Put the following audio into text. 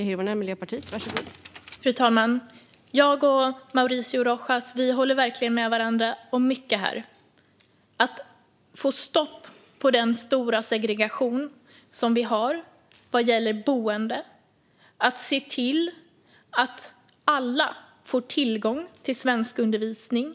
Fru talman! Jag och Mauricio Rojas håller verkligen med varandra om mycket här, till exempel att vi behöver få stopp på den stora segregation vi har vad gäller boende. Vi är också överens om att vi behöver se till att alla får tillgång till svenskundervisning.